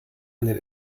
einen